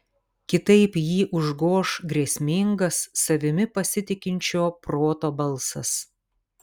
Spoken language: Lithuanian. kitaip jį užgoš grėsmingas savimi pasitikinčio proto balsas